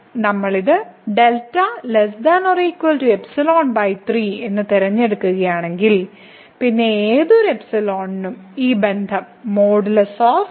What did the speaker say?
നമ്മൾ ഇത് തിരഞ്ഞെടുക്കുകയാണെങ്കിൽ പിന്നെ ഏതൊരു നും ഈ ബന്ധം ആണ്